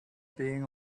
being